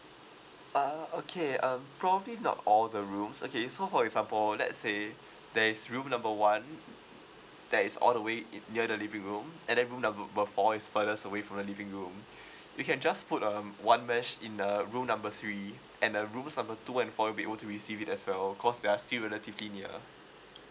uh okay um probably not all the rooms okay so for example let's say there is room number one that is all the way near the living room and then room number four is furthers away from the living room you can just put um one mesh in the room number three and the rooms number two and four will be able to receive it as well cause they are still relatively near